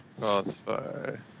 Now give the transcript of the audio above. crossfire